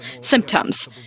symptoms